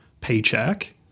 paycheck